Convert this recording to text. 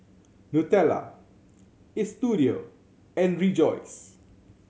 Nutella Istudio and Rejoice